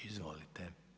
Izvolite.